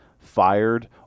fired